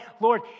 Lord